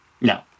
No